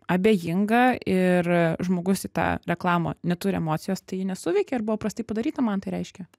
abejingą ir žmogus į tą reklamą neturi emocijos tai ji nesuveikė ir buvo prastai padaryta mantai reiškia